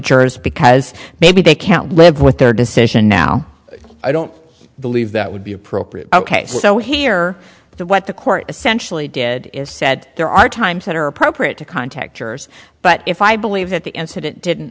jurors because maybe they can't live with their decision now i don't believe that would be appropriate ok so here the what the court essentially did is said there are times that are appropriate to contact jurors but if i believe that the incident didn't